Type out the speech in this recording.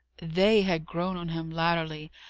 they had grown on him latterly,